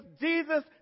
Jesus